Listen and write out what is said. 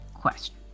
question